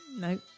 No